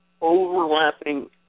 overlapping